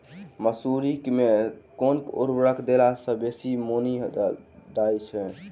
मसूरी मे केँ उर्वरक देला सऽ बेसी मॉनी दइ छै?